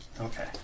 Okay